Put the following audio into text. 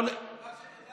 אוסאמה, רק שתדע